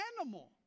animal